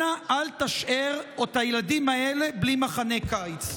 אנא, אל תשאיר את הילדים האלה בלי מחנה קיץ.